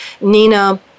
Nina